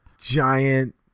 giant